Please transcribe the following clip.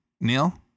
Neil